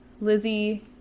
Lizzie